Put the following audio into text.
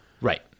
right